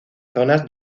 zonas